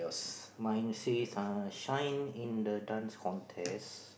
mine says err Shine in the Dance Contest